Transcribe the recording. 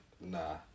nah